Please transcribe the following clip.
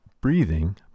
Breathing